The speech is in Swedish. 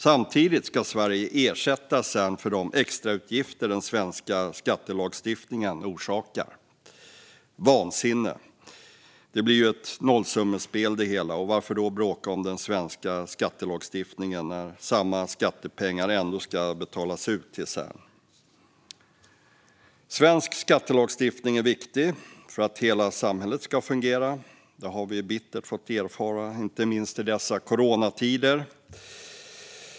Samtidigt ska Sverige ersätta Cern för de extrautgifter som den svenska skattelagstiftningen orsakar. Vansinne! Det blir ju ett nollsummespel, och varför då bråka om den svenska skattelagstiftningen, när samma skattepengar ändå ska betalas ut till Cern? Svensk skattelagstiftning är viktig för att hela samhället ska fungera. Detta har vi bittert fått erfara, inte minst i dessa coronatider.